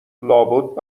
لابد